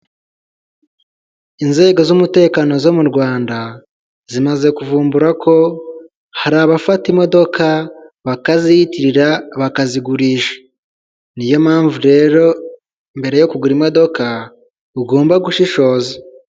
Inzego z'umutekano zo mu Rwanda, zimaze kuvumbura ko har' abafata imodoka bakaziyitirira bakazigurisha. Niyo mpamvu rero mbere yo kugura imodoka ugomba gushishoza.